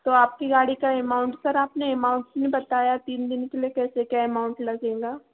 तो आपकी गाड़ी का एमाउंट सर आपने एमाउंट नहीं बताया तीन दिन के लिए कैसे क्या एमाउंट लगेगा